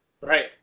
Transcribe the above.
Right